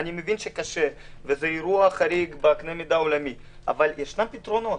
אני מבין שקשה וזה אירוע חריג בקנה מידה עולמי אבל יש פתרונות.